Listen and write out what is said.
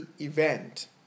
event